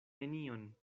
nenion